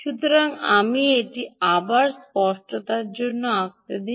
সুতরাং আমি এটি আবার স্পষ্টতার জন্য আঁকতে দিন